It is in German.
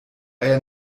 eier